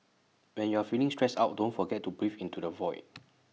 when you are feeling stressed out don't forget to breathe into the void